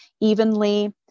evenly